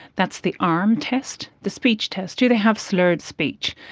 that's the arm test. the speech test do they have slurred speech?